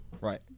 right